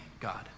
God